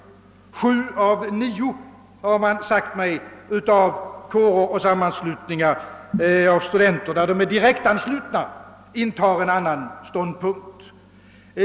Sju av nio kårer och sammanslutningar, till vilka studenterna är direkt anslutna, intar en annan ståndpunkt.